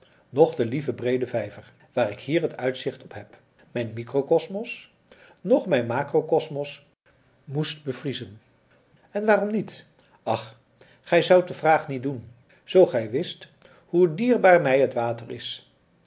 noch de lieve breede vijver waar ik hier het uitzicht op heb mijn mikrokosmos noch mijn makrokosmos moest bevriezen en waarom niet ach gij zoudt de vraag niet doen zoo gij wist hoe dierbaar mij het water is